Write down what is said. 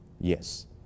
Yes